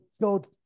god